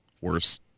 worse